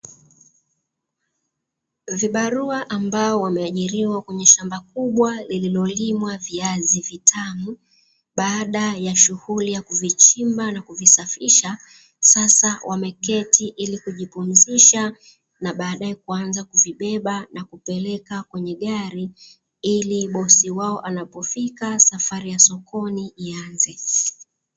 Vibarua ambao wameandaliwa katika shamba kubwa la viazi wamejipumzisha nakuweza kuvibeba ili bosi wao anapofika safari iyanze